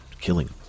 killing